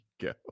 Go